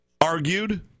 argued